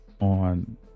on